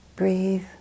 Breathe